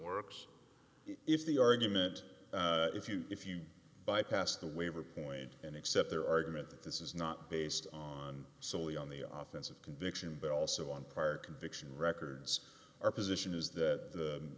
works if the argument if you if you bypass the waiver point and accept their argument that this is not based on solely on the office of conviction but also on prior conviction records our position is that the